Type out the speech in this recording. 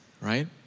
right